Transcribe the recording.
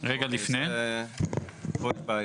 זו עוד בעיה.